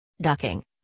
ducking